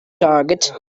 target